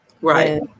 Right